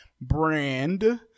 brand